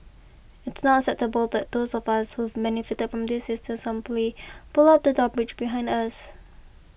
it's not acceptable that those of us who've benefited from this system simply pull up the drawbridge behind us